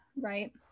right